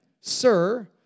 Sir